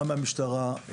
גם מהמשטרה,